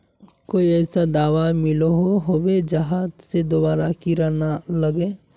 कोई ऐसा दाबा मिलोहो होबे जहा से दोबारा कीड़ा ना लागे?